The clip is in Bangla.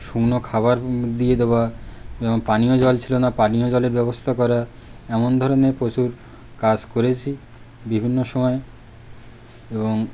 শুকনো খাবার দিয়ে দেওয়া যেমন পানীয় জল ছিল না পানীয় জলের ব্যবস্থা করা এমন ধরনের প্রচুর কাজ করেছি বিভিন্ন সময়ে এবং